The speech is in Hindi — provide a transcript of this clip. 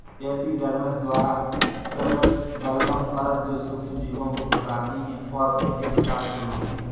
एपिडर्मिस द्वारा स्रावित बलगम परत जो सूक्ष्मजीवों को फंसाती है और उनके विकास को रोकती है